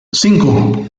cinco